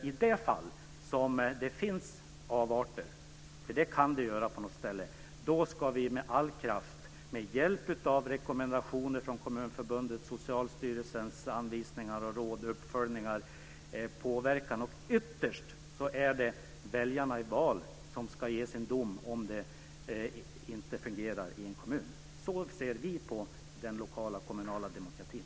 I de fall där det förekommer avarter - det kan det göra på något ställe - ska vi med all kraft försöka påverka dessa med hjälp av rekommendationer från Kommunförbundet och med hjälp av Socialstyrelsens råd och anvisningar och uppföljningar. Ytterst är det väljarna som i val ska ge sin dom, om det inte fungerar i en kommun. Så ser vi på den lokala kommunala demokratin.